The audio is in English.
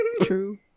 True